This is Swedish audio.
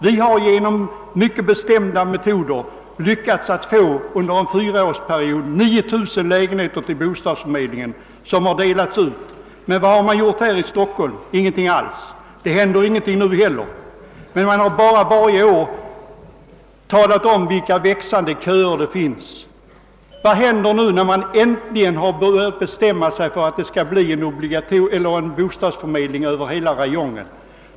Där har vi genom mycket bestimda metoder lyckats att under en fyraårsperiod få 9000 lägenheter i det gamla bostadsbeståndet till bostadsförmedlingen, vilka sedan har fördelats bland bostadsbehövande. Men vad har man gjort i Stockholm? Ingenting alls. Och det händer ingenting väsentligt nu heller. Varje år talar man bara om vilka växande köer det finns. Vad händer nu när man äntligen har börjat bestämma sig för att det skall bli en bostadsförmedling över hela räjongen?